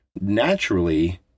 naturally